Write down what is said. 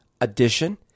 addition